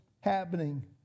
happening